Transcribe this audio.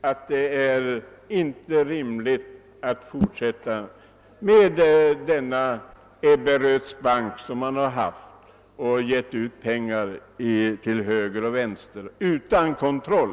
att det inte är rimligt att fortsätta driva den Ebberöds bank genom vilken man givit ut pengar till höger och vänster utan kontroll.